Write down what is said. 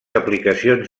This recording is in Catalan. aplicacions